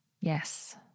yes